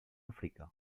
àfrica